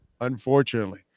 unfortunately